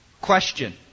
Question